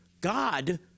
God